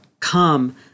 Come